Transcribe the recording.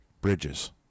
Bridges